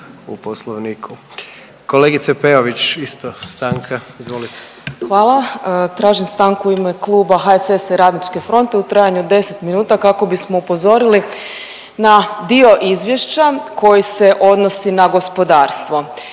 u Poslovniku. Kolegice Peović, isto stanka. Izvolite. **Peović, Katarina (RF)** Hvala. Tražim stranku u ime Kluba HSS-a i Radničke fronte u trajanju od 10 minuta kako bismo upozorili na dio izvješća koji se odnosi na gospodarstvo.